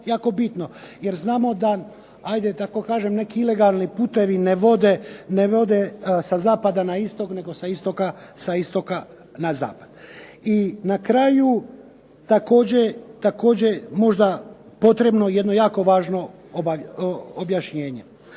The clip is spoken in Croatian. tako kažem, neki ilegalni putovi ne vode sa zapada na istok nego sa istoka na zapad. I na kraju također možda potrebno jedno jako važno objašnjenje.